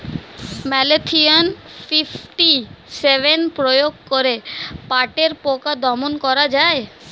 Malathion fifty seven প্রয়োগ করে পাটের পোকা দমন করা যায়?